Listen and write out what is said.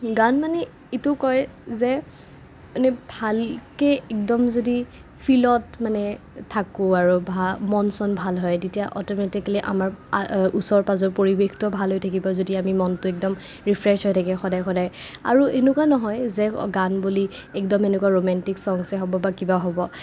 আৰু গান মানে এইটো কয় যে মানে ভালকে একদম যদি ফীলত মানে থাকোঁ আৰু বা মন চন ভাল হয় তেতিয়া অট'মেটিকেলি আমাৰ ওচৰ পাজৰ পৰিবেশটো ভাল হৈ থাকিব যদি আমি মনটো একদম ৰিফ্ৰেচ হৈ থাকে সদায় সদায় আৰু এনেকুৱা নহয় যে গান বুলি একদম এনেকুৱা ৰোমাণ্টিক ছংগছেই হ'ব বা কিবা হ'ব